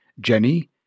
Jenny